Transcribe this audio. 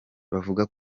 bavuga